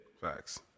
Facts